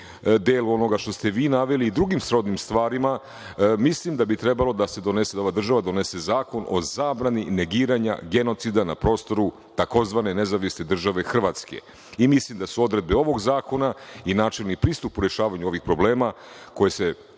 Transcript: delu onoga što ste vi naveli i drugim srodnim stvarima, mislim da bi trebalo da se donese, da ova država donese zakon o zabrani negiranja genocida na prostoru takozvane Nezavisne Države Hrvatske i mislim da su odredbe ovog zakona i načelni pristup u rešavanju ovih problema koje se